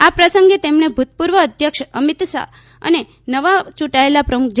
આ પ્રસંગે તેમણે ભૂતપૂર્વ અધ્યક્ષ અમીત શાહ અને નવા ચૂંટાયેલા પ્રમુખ જે